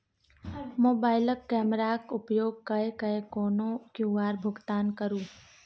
मोबाइलक कैमराक उपयोग कय कए कोनो क्यु.आर भुगतान करू